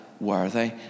worthy